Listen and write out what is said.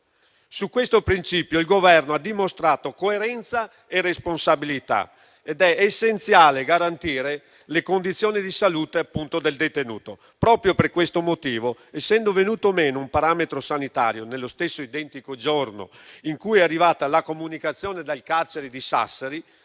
Su questo principio il Governo ha dimostrato coerenza e responsabilità ed è essenziale garantire le condizioni di salute del detenuto. Proprio per questo motivo, essendo venuto meno un parametro sanitario, nello stesso identico giorno in cui è arrivata la comunicazione dal carcere di Sassari,